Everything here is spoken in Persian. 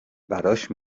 براش